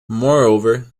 moreover